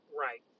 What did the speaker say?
Right